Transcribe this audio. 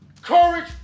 courage